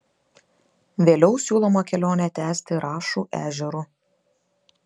vėliau siūloma kelionę tęsti rašų ežeru